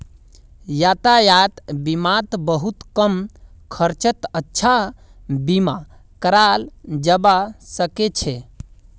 यातायात बीमात बहुत कम खर्चत अच्छा बीमा कराल जबा सके छै